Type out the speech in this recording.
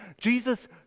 Jesus